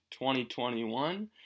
2021